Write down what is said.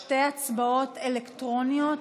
שתי הצבעות אלקטרוניות.